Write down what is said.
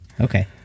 Okay